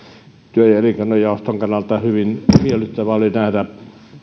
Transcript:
työ ja elinkeinojaoston kannalta hyvin miellyttävää oli nähdä